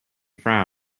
frowned